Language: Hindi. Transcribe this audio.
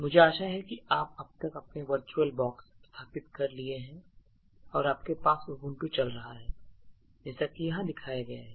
मुझे आशा है कि अब तक आपने वर्चुअल बॉक्स स्थापित कर लिया है और आपके पास Ubuntu चल रहा है जैसा कि यहाँ दिखाया गया है